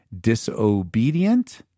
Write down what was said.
disobedient